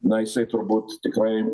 na jisai turbūt tikrai